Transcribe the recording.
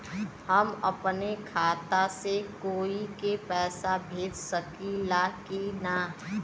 हम अपने खाता से कोई के पैसा भेज सकी ला की ना?